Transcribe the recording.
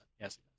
Yes